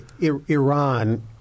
Iran